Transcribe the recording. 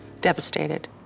devastated